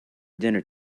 dinner